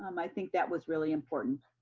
um i think that was really important.